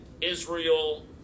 Israel